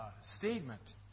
statement